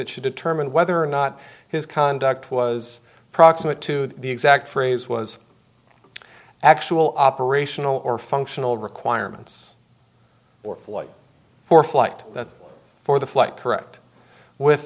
it should determine whether or not his conduct was proximate to the exact phrase was actual operational or functional requirements or for flight for the flight correct with